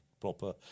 proper